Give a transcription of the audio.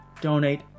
donate